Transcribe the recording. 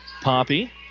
Poppy